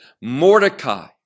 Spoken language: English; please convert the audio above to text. Mordecai